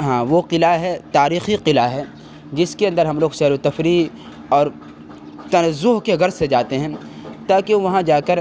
ہاں وہ قلعہ ہے تاریخی قلعہ ہے جس کے اندر ہم لوگ سیر و تفریح اور تنزہ کے غرض سے جاتے ہیں تاکہ وہاں جا کر